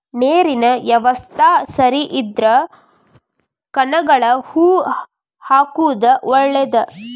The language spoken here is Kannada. ನೇರಿನ ಯವಸ್ತಾ ಸರಿ ಇದ್ರ ಕನಗಲ ಹೂ ಹಾಕುದ ಒಳೇದ